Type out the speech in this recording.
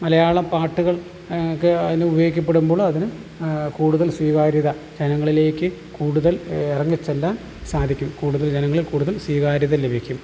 മലയാളം പാട്ടുകൾക്ക് അതിന് ഉപയോഗിക്കപ്പെടുമ്പോൾ അതിന് കൂടുതൽ സ്വീകാര്യത ജനങ്ങളിലേക്ക് കൂടുതൽ ഇറങ്ങിച്ചെല്ലാൻ സാധിക്കും കൂടുതൽ ജനങ്ങൾ കൂടുതൽ സ്വീകാര്യത ലഭിക്കും